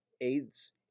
aids